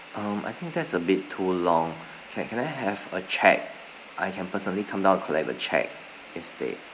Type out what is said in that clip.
um I think that's a bit too long can can I have a cheque I can personally come down to collect the cheque instead